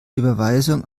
überweisung